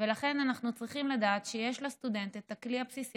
לכן אנחנו צריכים לדעת שיש לסטודנט את הכלי הבסיסי